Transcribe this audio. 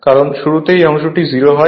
কারণ শুরুতে এই অংশটি 0 হয়